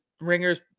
Ringers